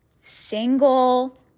single